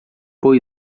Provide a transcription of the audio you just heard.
boa